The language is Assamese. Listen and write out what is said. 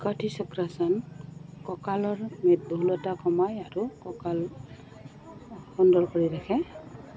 কাঠি চক্ৰাসন কঁকালৰ মেদবহুলতা কমায় আৰু কঁকাল সুন্দৰ কৰি ৰাখে